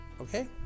okay